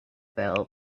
fell